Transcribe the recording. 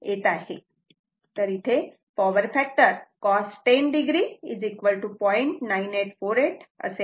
तर इथे power factor cos 10 o 0